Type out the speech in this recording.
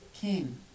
king